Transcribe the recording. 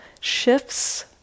shifts